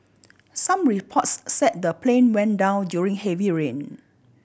some reports said the plane went down during heavy rain